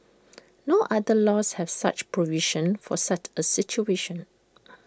no other laws have such provisions for such A situation